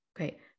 Okay